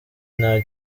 nta